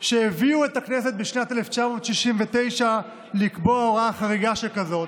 שהביאו את הכנסת בשנת 1969 לקבוע הוראה חריגה שכזאת,